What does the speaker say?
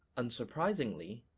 unsurprisingly,